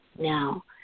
Now